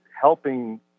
helping